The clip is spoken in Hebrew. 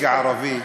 כערבי,